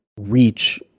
reach